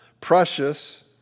precious